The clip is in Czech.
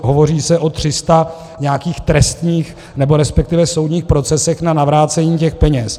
Hovoří se o tři sta nějakých trestních, nebo resp. soudních procesech na navrácení těch peněz.